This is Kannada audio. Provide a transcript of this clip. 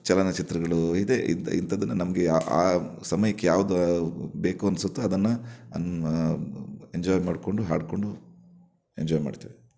ಚಲಚಿತ್ರಗಳು ಇದೇ ಇಂಥ ಇಂಥದ್ದನ್ನೇ ನಮಗೆ ಆ ಸಮಯಕ್ಕೆ ಯಾವ್ದು ಬೇಕು ಅನಿಸುತ್ತೋ ಅದನ್ನು ಎಂಜಾಯ್ ಮಾಡಿಕೊಂಡು ಹಾಡಿಕೊಂಡು ಎಂಜಾಯ್ ಮಾಡ್ತೇವೆ